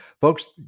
Folks